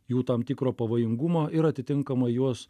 jų tam tikro pavojingumo ir atitinkamai juos